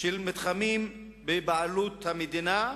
של מתחמים בבעלות המדינה,